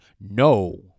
no